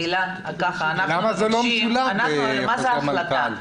הילה, אנחנו מבקשים, מה זה החלטה?